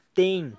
tem